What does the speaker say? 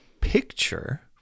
picture